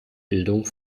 bildung